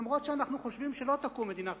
אף שאנחנו חושבים שלא תקום מדינה פלסטינית,